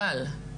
אבל,